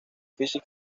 física